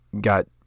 got